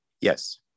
yes